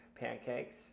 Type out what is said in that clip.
pancakes